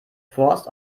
forst